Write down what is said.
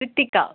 Rithika